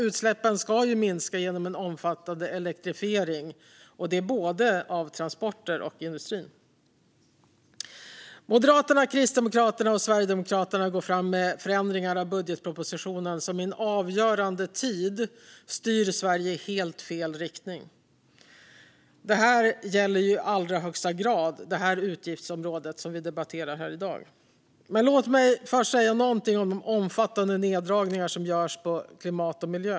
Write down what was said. Utsläppen ska ju minska genom en omfattande elektrifiering av både transporter och industrin. Moderaterna, Kristdemokraterna och Sverigedemokraterna går fram med förändringar i budgetpropositionen som i en avgörande tid styr Sverige i helt fel riktning. Det gäller i allra högsta grad det utgiftsområde som vi nu debatterar här i dag. Men låt mig först säga någonting om de omfattande neddragningar som görs på klimat och miljö.